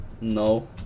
No